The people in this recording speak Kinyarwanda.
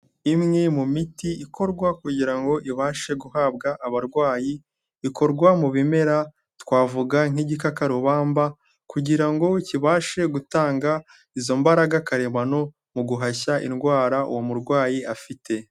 Imwe mu miti ikorwa kugira ngo ibashe guhabwa abarwayi, ikorwa mu bimera twavuga nk'igikakarubamba kugira ngo kibashe gutanga izo mbaraga karemano mu guhashya indwara uwo murwayi afite.